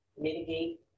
mitigate